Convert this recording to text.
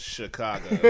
Chicago